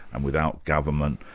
and without government,